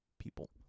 people